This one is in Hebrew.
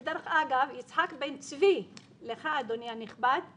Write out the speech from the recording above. ודרך אגב, יצחק בן צבי, לך, אדוני הנכבד,